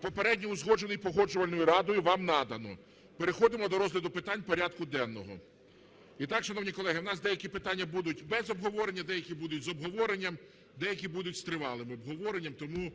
попередньо узгоджений Погоджувальною радою, вам надано. Переходимо до розгляду питань порядку денного. І так, шановні колеги, у нас деякі питання будуть без обговорення, деякі будуть з обговоренням, деякі будуть з тривалим обговоренням, тому